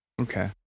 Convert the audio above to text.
Okay